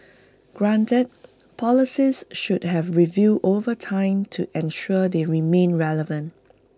granted policies should have reviewed over time to ensure they remain relevant